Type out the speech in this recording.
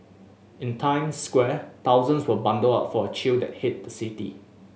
in Times Square thousands were bundled up for a chill that hit the city